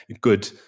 good